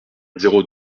zéro